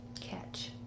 catch